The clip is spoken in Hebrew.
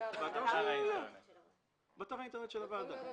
באתר האינטרנט של הוועדה.